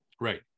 Right